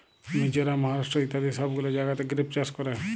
মিজরাম, মহারাষ্ট্র ইত্যাদি সব গুলা জাগাতে গ্রেপ চাষ ক্যরে